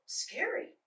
scary